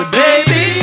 baby